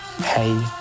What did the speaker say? Hey